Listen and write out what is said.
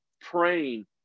praying